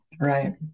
right